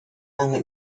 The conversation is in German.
lange